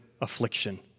affliction